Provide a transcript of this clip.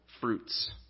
fruits